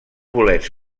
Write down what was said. bolets